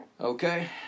Okay